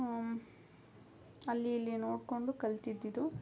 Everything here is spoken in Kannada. ಅಲ್ಲಿ ಇಲ್ಲಿ ನೋಡಿಕೊಂಡು ಕಲಿತಿದ್ದಿದು